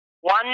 One